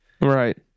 Right